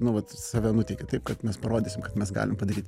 nu vat save nuteikė taip kad mes parodysim kad mes galim padaryt